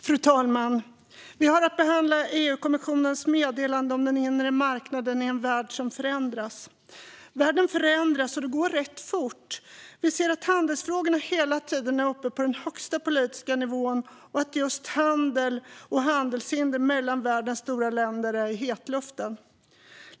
Fru talman! Vi har nu att behandla EU-kommissionens meddelande om den inre marknaden i en värld som förändras. Världen förändras, och det går rätt fort. Vi ser att handelsfrågorna hela tiden är uppe på den högsta politiska nivån och att just handel och handelshinder mellan världens stora länder är i hetluften.